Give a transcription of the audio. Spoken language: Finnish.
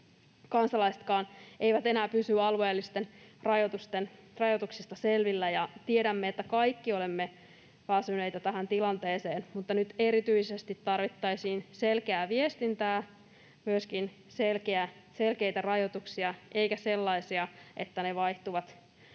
kansalaisetkaan eivät enää pysy alueellisista rajoituksista selvillä, ja tiedämme, että kaikki olemme väsyneitä tähän tilanteeseen, mutta nyt erityisesti tarvittaisiin selkeää viestintää, myöskin selkeitä rajoituksia eikä sellaisia, että ne vaihtuvat